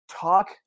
Talk